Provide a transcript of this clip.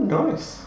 nice